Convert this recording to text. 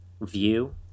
view